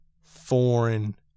foreign